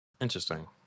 Interesting